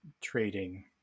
trading